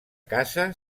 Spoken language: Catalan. casa